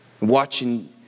watching